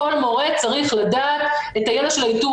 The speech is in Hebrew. כל מורה צריך לדעת את הידע של האיתור